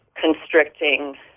constricting